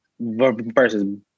versus